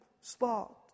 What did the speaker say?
spot